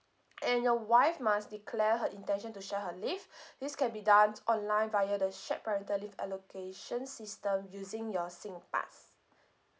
and your wife must declare her intention to share her leave this can be done online via the shared parental leave allocation system using your SINGPASS